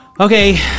okay